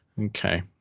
okay